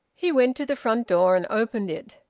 he went to the front door and opened it.